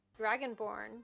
dragonborn